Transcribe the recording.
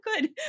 good